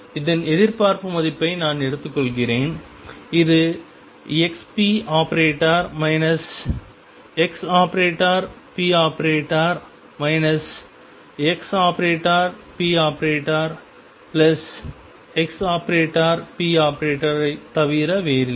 இதன் எதிர்பார்ப்பு மதிப்பை நான் எடுத்துக்கொள்கிறேன் இது ⟨xp⟩ ⟨x⟩⟨p⟩ ⟨x⟩⟨p⟩⟨x⟩⟨p⟩ ஐத் தவிர வேறில்லை